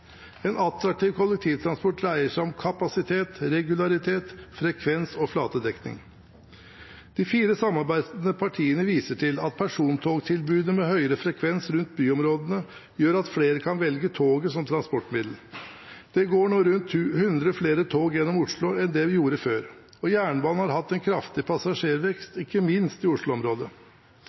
En attraktiv kollektivtransport dreier seg om kapasitet, regularitet, frekvens og flatedekning. De fire samarbeidende partiene viser til at persontogtilbudet med høyere frekvens rundt byområdene gjør at flere kan velge toget som transportmiddel. Det går nå rundt 100 flere tog gjennom Oslo enn det gjorde før, og jernbanen har hatt en kraftig passasjervekst, ikke minst i